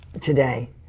today